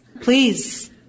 Please